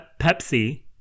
Pepsi